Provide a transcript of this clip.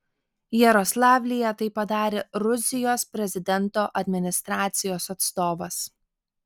jaroslavlyje tai padarė rusijos prezidento administracijos atstovas